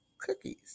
cookies